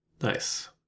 Nice